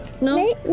No